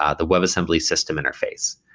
ah the webassembly system interface.